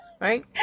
Right